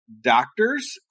doctors